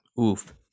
Oof